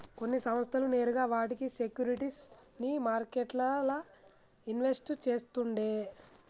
కొన్ని సంస్థలు నేరుగా వాటి సేక్యురిటీస్ ని మార్కెట్లల్ల ఇన్వెస్ట్ చేస్తుండే